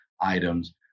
items